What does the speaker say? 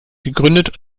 gegründet